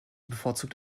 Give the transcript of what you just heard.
bevorzugt